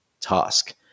task